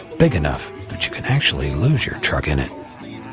big enough, but you can actually lose your truck in it.